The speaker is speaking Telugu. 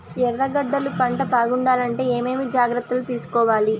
ఎర్రగడ్డలు పంట బాగుండాలంటే ఏమేమి జాగ్రత్తలు తీసుకొవాలి?